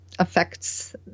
Affects